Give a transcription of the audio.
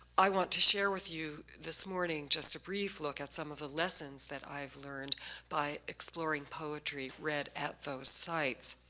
i want to share with you this morning just a brief look at some of the lessons that i've learned by exploring poetry read at those sites.